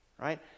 Right